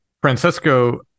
Francesco